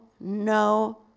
no